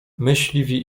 myśliwi